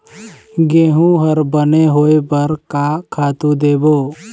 गेहूं हर बने होय बर का खातू देबो?